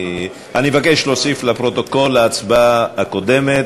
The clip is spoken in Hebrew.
אני מבקש להוסיף, לפרוטוקול, להצבעה הקודמת,